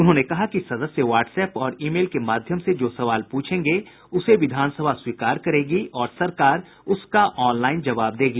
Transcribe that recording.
उन्होंने कहा कि सदस्य वाट्सएप और ई मेल के माध्यम से जो सवाल प्रछेंगे उसे विधानसभा स्वीकार करेगी और सरकार उसका ऑनलाईन जवाब देगी